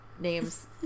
names